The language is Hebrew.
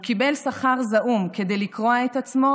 הוא קיבל שכר זעום כדי לקרוע את עצמו,